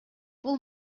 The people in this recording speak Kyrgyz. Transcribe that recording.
бул